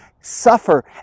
suffer